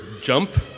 jump